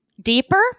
deeper